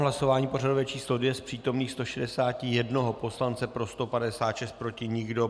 V hlasování pořadové číslo 2 z přítomných 161 poslanců pro 156, proti nikdo.